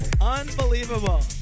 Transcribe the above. Unbelievable